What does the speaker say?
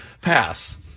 Pass